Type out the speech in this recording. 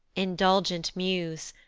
indulgent muse!